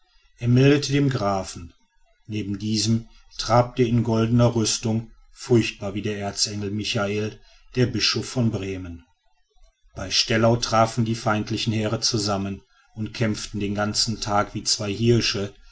er meldete dem grafen neben diesem trabte in goldener rüstung furchtbar wie der erzengel michael der bischof von bremen bei stellau trafen die feindlichen heere zusammen und kämpften den ganzen tag wie zwei hirsche